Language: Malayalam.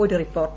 ഒരു റിപ്പോർട്ട്